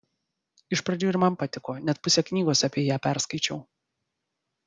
iš pradžių ir man patiko net pusę knygos apie ją perskaičiau